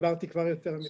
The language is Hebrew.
שדיברתי כבר יותר מדי.